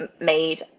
made